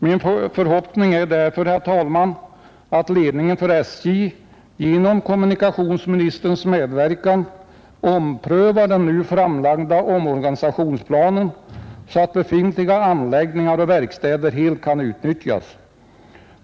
Min förhoppning är därför, herr talman, att ledningen för SJ genom kommunikationsministerns medverkan omprövar den nu framlagda omorganisationsplanen så att befintliga anläggningar och verkstäder helt kan utnyttjas.